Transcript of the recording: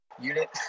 unit